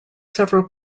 several